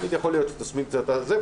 לרופא יש שיקול דעת.